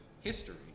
history